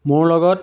মোৰ লগত